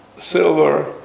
silver